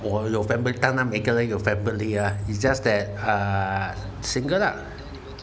我有 family 当然每个人有 family is just that uh single lah